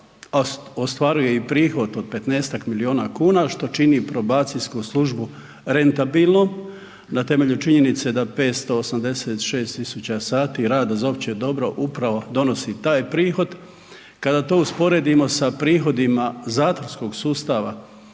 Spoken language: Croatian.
ostvaruje i prihod od 15-tak miliona kuna što čini probacijsku službu rentabilnom na temelju činjenice da 586.000 sati rada za opće dobro upravo donosi taj prihod. Kada to usporedimo sa prihodima zatvorskog sustava